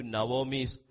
Naomi's